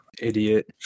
Idiot